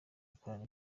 bakabona